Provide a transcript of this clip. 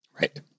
Right